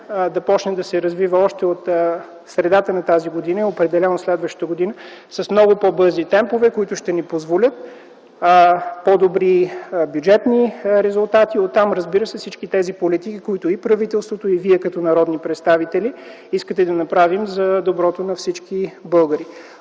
да започне да се развива още от средата на тази година, определено през следващата година, с много по-бързи темпове, които ще ни позволят по-добри бюджетни резултати и оттам, разбира се, всички тези политики, които и правителството, и вие като народни представители, искате да направим за доброто на всички българи.